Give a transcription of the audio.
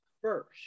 first